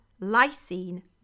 lysine